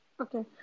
Okay